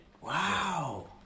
Wow